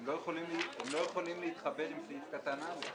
הם לא יכולים להתחבר עם סעיף (א).